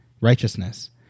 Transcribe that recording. righteousness